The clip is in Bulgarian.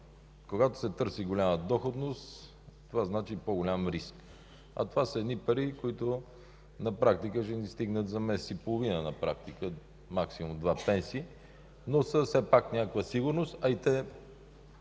Когато се търси голяма доходност, това значи по-голям риск. Това са едни пари, които на практика ще ни стигнат за пенсии за месец и половина, максимум два. Но все пак са някаква сигурност,